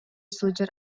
сылдьар